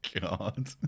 God